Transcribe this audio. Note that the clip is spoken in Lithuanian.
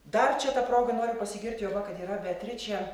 dar čia ta proga noriu pasigirti juoba kad yra beatričė